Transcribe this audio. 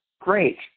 great